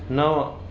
नव